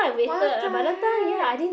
what the heck